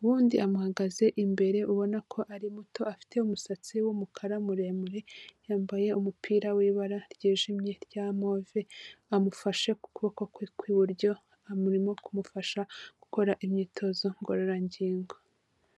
uwundi amuhagaze imbere ubona ko ari muto, afite umusatsi w'umukara muremure, yambaye umupira w'ibara ryijimye rya move, amufashe ku kuboko kwe kw'iburyo, amurimo kumufasha, gukora imyitozo ngororangingo.